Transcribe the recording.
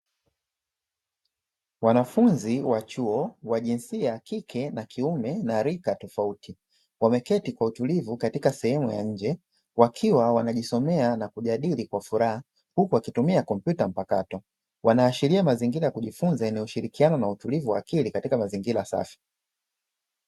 Wanafunzi wa chuo wa jinsia ya kike nakiume na rika tofauti, wameketi kwa utulivu katika sehemu ya nje wakiwa wanajisomea na kujadili kwa furaha huku wakitumia kompyuta mpakato. Wanaashiria mazingira yakujifunza yana ushirikiano wa akili na utulivu katika mazingira safi.